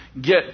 get